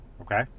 Okay